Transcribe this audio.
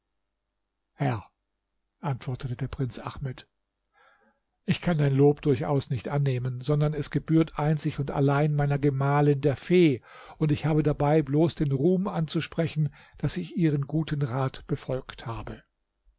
herr antwortete der prinz ahmed ich kann dein lob durchaus nicht annehmen sondern es gebührt einzig und allein meiner gemahlin der fee und ich habe dabei bloß den ruhm anzusprechen daß ich ihren guten rat befolgt habe